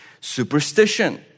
superstition